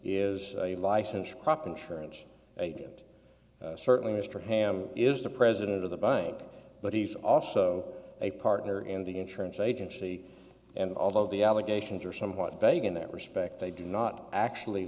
is a licensed crop insurance agent certainly mr have is the president of the bug but he's also a partner in the insurance agency and although the allegations are somewhat vague in that respect they do not actually